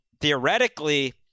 theoretically